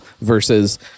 versus